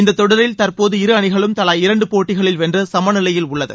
இந்த தொடரில் தற்போது இரு அணிகளும் தலா இரண்டு போட்டிகளில் வென்று சம நிலையில் உள்ளது